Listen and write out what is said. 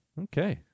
Okay